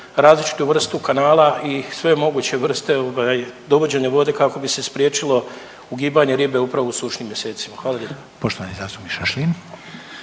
različitu vrstu kanala i sve moguće vrste ovaj, dovođenjem vode kako bi se spriječilo ugibanje ribe upravo u sušnim mjesecima. Hvala